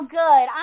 good